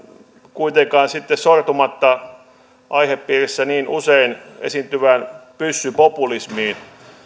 kuitenkaan sitten sortumatta aihepiirissä niin usein esiintyvään pyssypopulismiin